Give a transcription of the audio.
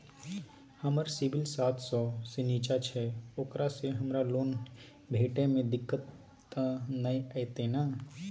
हमर सिबिल सात सौ से निचा छै ओकरा से हमरा लोन भेटय में दिक्कत त नय अयतै ने?